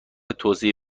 توسعه